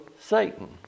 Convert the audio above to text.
Satan